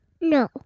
No